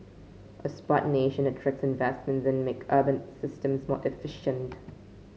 a Smart Nation attracts investment and make urban systems more efficient